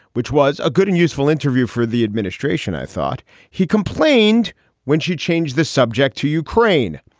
which was a good and useful interview for the administration. i thought he complained when she changed the subject to ukraine.